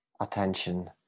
attention